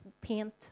paint